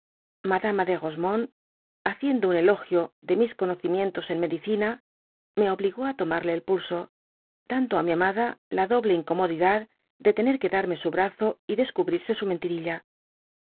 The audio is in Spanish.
madama de rosemonde haciendo un elogio de mis conodmientos en medicina me obligó á tomarle el pulsodando á mi amada la doble incomodidad de tener quedarme su brazo y descubrirse su mentirilla